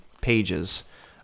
pages